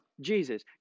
Jesus